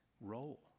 role